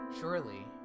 Surely